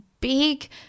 big